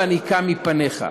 ואני קם מפניך.